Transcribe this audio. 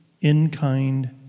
in-kind